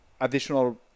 additional